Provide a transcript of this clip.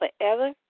forever